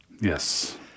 Yes